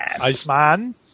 Iceman